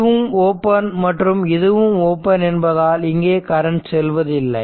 இதுவும் ஓபன் மற்றும் இதுவும் ஓபன் என்பதால் இங்கே கரண்ட் செல்வதில்லை